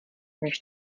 než